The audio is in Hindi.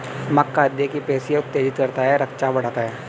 मक्का हृदय की पेशियों को उत्तेजित करता है रक्तचाप बढ़ाता है